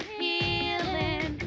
healing